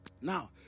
Now